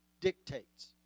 dictates